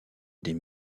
des